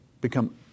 become